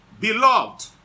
beloved